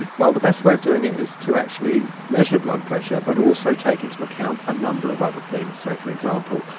well, the best way of doing it is to actually measure blood pressure but also take into account a number of other things. so, for example,